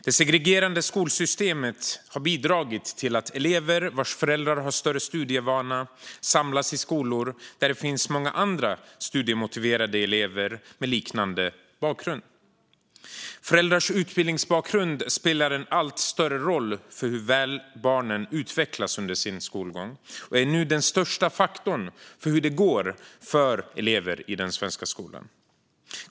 Det segregerande skolsystemet har bidragit till att elever vars föräldrar har större studievana samlas i skolor där det finns många andra studiemotiverade elever med liknande bakgrund. Föräldrars utbildningsbakgrund spelar en allt större roll för hur väl barnen utvecklas under sin skolgång och är nu den största faktorn för hur det går för elever i den svenska skolan.